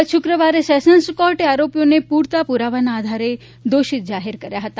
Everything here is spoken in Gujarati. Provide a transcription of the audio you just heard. ગત શુક્રવારે સેશન્સ કોર્ટે આરોપીઓને પુરતા પુરાવાના આધારે દોષિત જાહેર કર્યા હતા